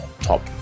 top